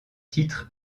titres